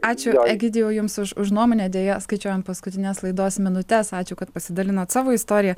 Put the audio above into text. ačiū egidijau jums už už nuomonę deja skaičiuojant paskutines laidos minutes ačiū kad pasidalinot savo istorija